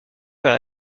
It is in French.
vers